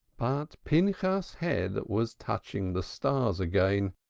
but pinchas's head was touching the stars again.